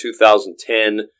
2010